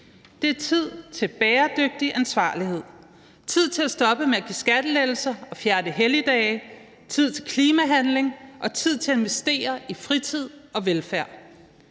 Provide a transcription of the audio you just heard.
Det er tid til bæredygtig ansvarlighed, tid til at stoppe med at give skattelettelser og fjerne helligdage, tid til klimahandling og tid til at investere i fritid og velfærd.